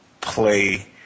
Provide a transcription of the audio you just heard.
play